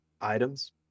items